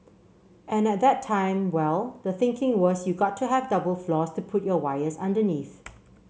and at that time well the thinking was you got to have double floors to put your wires underneath